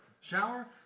Shower